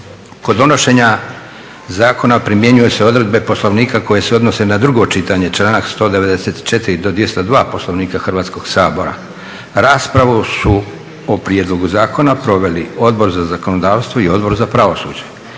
Kod donošenja zakona primjenjuju se odredbe Poslovnika koje se odnose na drugo čitanje, članak 194. do 202. Poslovnika Hrvatskog sabora. Raspravu su o prijedlogu zakona proveli Odbor za zakonodavstvo i Odbor za pravosuđe.